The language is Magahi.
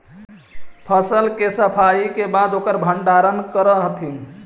फसल के सफाई के बाद ओकर भण्डारण करऽ हथिन